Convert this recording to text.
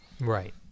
Right